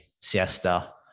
Siesta